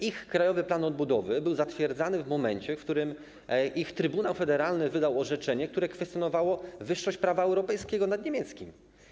Ich Krajowy Plan Odbudowy był zatwierdzany w momencie, w którym ich Trybunał Federalny wydał orzeczenie, które kwestionowało wyższość prawa europejskiego nad niemieckim.